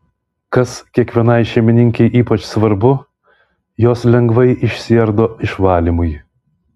kas kiekvienai šeimininkei ypač svarbu jos lengvai išsiardo išvalymui